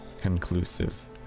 conclusive